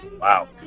Wow